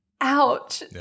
Ouch